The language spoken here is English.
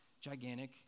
gigantic